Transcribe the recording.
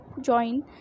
join